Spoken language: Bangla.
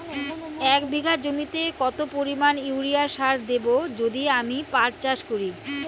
এক বিঘা জমিতে কত পরিমান ইউরিয়া সার দেব যদি আমি পাট চাষ করি?